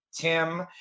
Tim